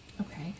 Okay